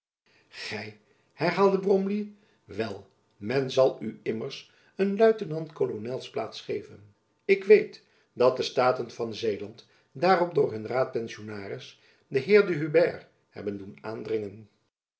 gy herhaalde bromley wel men zal u immers een luitenant kolonels plaats geven ik weet dat de staten van zeeland daarop door hun raadpensionaris den heer de huybert hebben doen aandringen